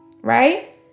right